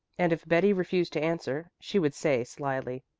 and if betty refused to answer she would say slyly,